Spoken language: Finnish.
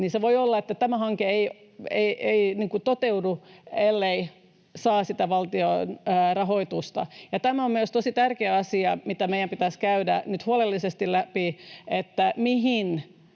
— se voi olla, että tämä hanke ei toteudu, ellei se saa valtion rahoitusta. Tämä on myös tosi tärkeä asia, mitä meidän pitäisi käydä nyt huolellisesti läpi, että mihin